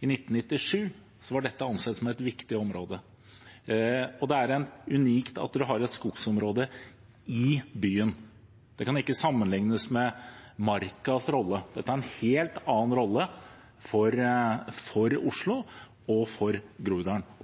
i 1997, har dette vært ansett som et viktig område. Det er unikt at en har et skogsområdet i byen. Det kan ikke sammenlignes med markas rolle. Dette har en helt annen rolle for Oslo, og for